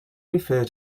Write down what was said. refer